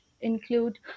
include